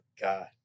God